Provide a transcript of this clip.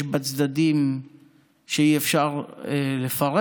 יש בה צדדים שאי-אפשר לפרט,